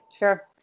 Sure